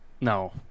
No